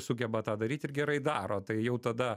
sugeba tą daryti ir gerai daro tai jau tada